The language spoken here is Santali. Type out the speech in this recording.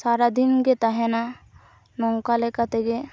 ᱥᱟᱨᱟᱫᱤᱱ ᱜᱮ ᱛᱟᱦᱮᱱᱟ ᱱᱚᱝᱠᱟ ᱞᱮᱠᱟ ᱛᱮᱜᱮ